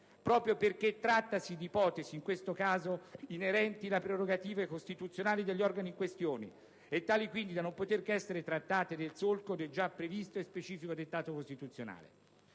proprio perché trattasi di ipotesi, in questo caso, inerenti le prerogative costituzionali degli organi in questione, e tali, quindi, da non poter essere trattate nel solco del già previsto e specifico dettato costituzionale.